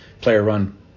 player-run